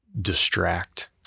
distract